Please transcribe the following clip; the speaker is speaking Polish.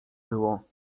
było